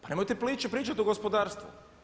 Pa nemojte priče pričati o gospodarstvu.